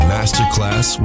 Masterclass